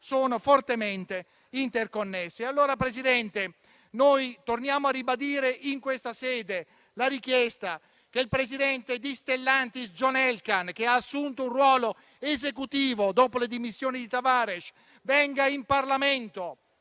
sono fortemente interconnesse. Presidente, noi torniamo a ribadire in questa sede la richiesta che il presidente di Stellantis, John Elkann, che ha assunto un ruolo esecutivo dopo le dimissioni di Tavares, venga in questa